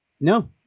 No